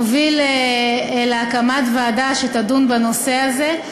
הוביל להקמת ועדה שתדון בנושא הזה.